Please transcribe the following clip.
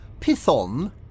Python